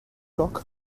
talk